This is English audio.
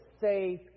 safe